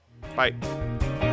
Bye